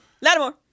Lattimore